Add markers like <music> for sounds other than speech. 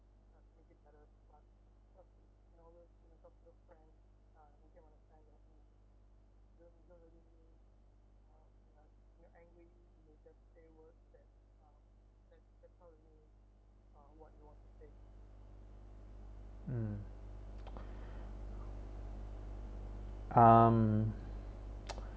mm um <noise>